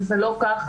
וזה לא ככה.